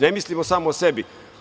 Ne mislimo samo o sebi.